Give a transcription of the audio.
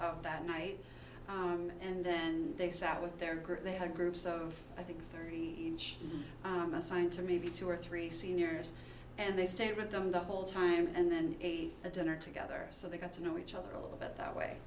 of that night and then they sat with their group they had groups of i think three inch assigned to me two or three seniors and they stayed with them the whole time and then at dinner together so they got to know each other a little bit that way